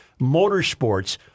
Motorsports